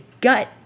gut